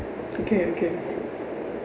okay okay